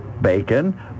bacon